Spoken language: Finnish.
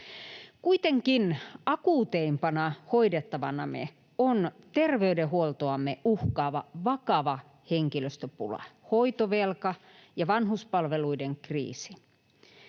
Kuitenkin akuuteimpana hoidettavanamme on terveydenhuoltoamme uhkaava vakava henkilöstöpula, hoitovelka ja vanhuspalveluiden kriisi.